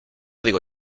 digo